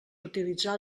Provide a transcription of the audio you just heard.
utilitzar